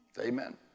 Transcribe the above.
Amen